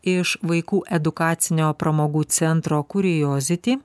iš vaikų edukacinio pramogų centro kurijoziti